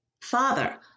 Father